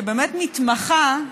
שבאמת מתמחה,